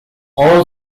all